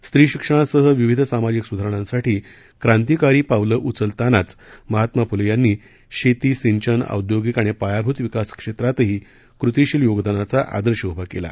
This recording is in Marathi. स्त्री शिक्षणासह विविध सामाजिक सुधारणांसाठी क्रांतीकारी पावलं उचलतानाच महात्मा फुले यांनी शेती सिंचन औद्योगीक आणि पायाभूत विकास क्षेत्रातही कृतीशील योगदानाचा आदर्श उभा केला